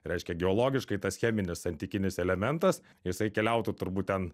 reiškia geologiškai tas cheminis santykinis elementas jisai keliautų turbūt ten